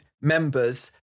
members